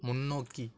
முன்னோக்கி